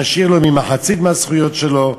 נשאיר לו מחצית מהזכויות שלו,